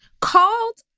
called